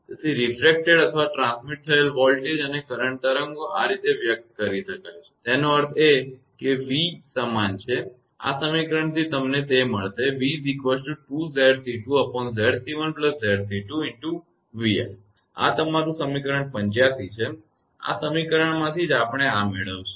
તેથી રીફ્રેકટ અથવા ટ્રાન્સમિટ થયેલ વોલ્ટેજ અને કરંટ તરંગો આ રીતે વ્યક્ત કરી શકાય છે તેનો અર્થ એ કે v સમાન છે આ સમીકરણથી તમને તે મળશે આ તમારું સમીકરણ 85 છે આ સમીકરણમાંથી જ આપણે આ મેળવીશું